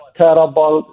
terrible